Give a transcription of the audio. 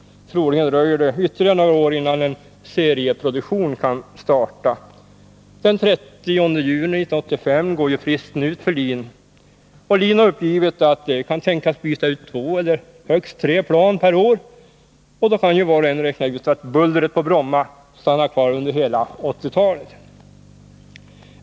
Troligen dröjer det ytterligare några år innan en serieproduktion kan starta. Den 30 juni 1985 går ju fristen ut för LIN. LIN har uppgivit att man kan tänkas byta ut två eller högst tre plan per år, och då kan var och en räkna ut att bullret på Bromma stannar kvar under hela 1980-talet.